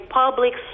public